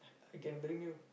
I can bring you